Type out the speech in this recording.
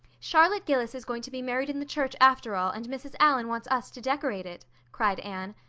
charlotte gillis is going to be married in the church after all and mrs. allan wants us to decorate it, cried anne.